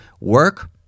Work